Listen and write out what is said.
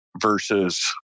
versus